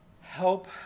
help